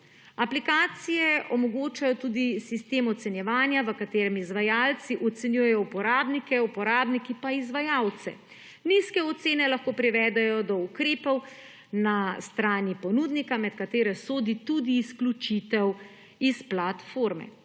Aplikacije omogočajo tudi sistem ocenjevanja v katerem izvajalci ocenjujejo uporabnike, uporabniki pa izvajalce. Nizke ocene lahko privedejo do ukrepov na strani ponudnika med katere sodi tudi izključitev iz platforme.